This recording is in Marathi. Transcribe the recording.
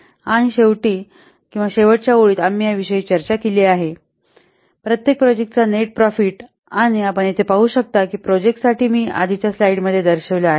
आणि शेवटी शेवटच्या ओळीत आम्ही या विषयी चर्चा केली आहे या विषयावर प्रत्येक प्रोजेक्टचा नेट प्रॉफिट आणि आपण येथे पाहू शकता की या प्रोजेक्ट साठी मी आधीच्या स्लाइडमध्ये दर्शविले आहे